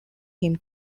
him